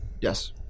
Yes